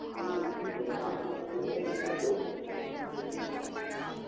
हाँ जी जितना आप पेमेंट करना चाहते हो उतनी में हो सकता है